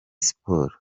siporo